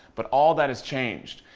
but all that has changed.